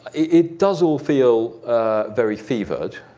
it does all feel very fevered.